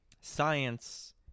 science